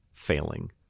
Failing